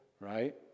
right